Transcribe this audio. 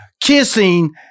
kissing